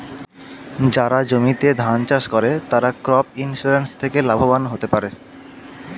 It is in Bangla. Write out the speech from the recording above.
যারা জমিতে ধান চাষ করে তারা ক্রপ ইন্সুরেন্স থেকে লাভবান হতে পারে